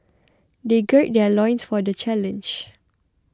they gird their loins for the challenge